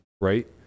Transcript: right